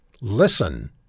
Listen